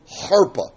Harpa